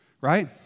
right